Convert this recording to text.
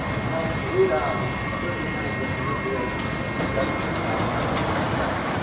helped root out certain kinds of manipulation and deception in our markets in the past.